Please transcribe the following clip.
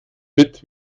fit